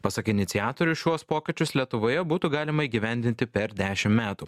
pasak iniciatorių šiuos pokyčius lietuvoje būtų galima įgyvendinti per dešim metų